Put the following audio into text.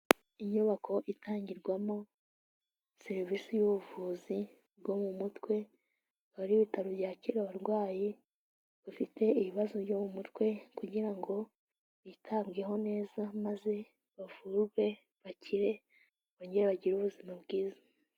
Inyubako itangirwamo serivise y'ubuvuzi bwo mu mutwe, akaba ari ibitaro byakira abarwayi bafite ibibazo byo mu mutwe kugira ngo bitabweho neza, maze bavurwe, bakire, bongere bagire ubuzima bwiza.